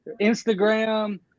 instagram